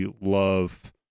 love